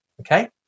Okay